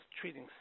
treating